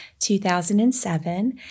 2007